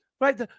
right